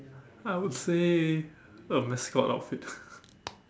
I would say a mascot outfit